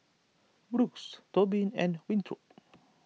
Brooks Tobin and Winthrop